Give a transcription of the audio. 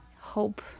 hope